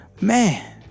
man